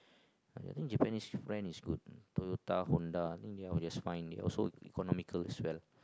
and I think Japanese brand is good Toyota Honda I think they are just fine they also economical as well